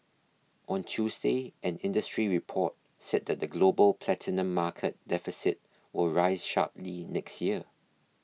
on Tuesday an industry report said the global platinum market deficit will rise sharply next year